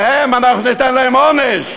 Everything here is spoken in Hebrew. להם אנחנו ניתן עונש,